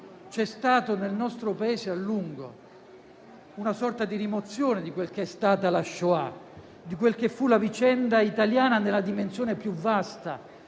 c'è stata a lungo una sorta di rimozione di quel che è stata la *shoah*, di quel che fu la vicenda italiana nella dimensione più vasta